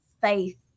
faith